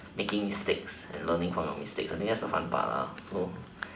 making mistakes and learning from your mistakes I think that's the fun part so